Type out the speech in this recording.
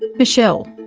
michelle,